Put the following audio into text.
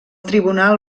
tribunal